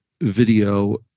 video